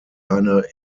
eine